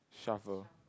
shuffle